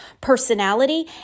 personality